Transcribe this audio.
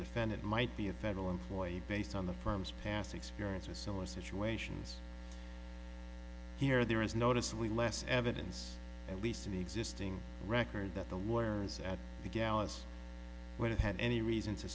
defendant might be a federal employee based on the firm's past experience or so as situations here there is noticeably less evidence at least in the existing record that the lawyers at the gallus when it had any reason to